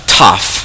tough